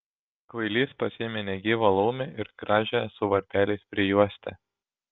kvailys pasiėmė negyvą laumę ir gražią su varpeliais prijuostę